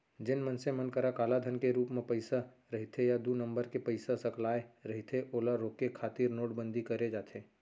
जेन मनसे मन करा कालाधन के रुप म पइसा रहिथे या दू नंबर के पइसा सकलाय रहिथे ओला रोके खातिर नोटबंदी करे जाथे